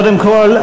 קודם כול,